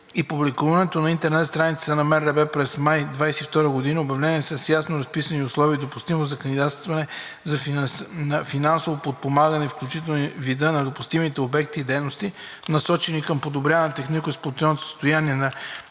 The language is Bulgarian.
и публикуваното на интернет страницата на МРРБ през май 2022 г. обявление с ясно разписани условия и допустимост за кандидатстване за финансово подпомагане, включително и вида на допустимите обекти и дейности, насочени към подобряване на технико-експлоатационното състояние на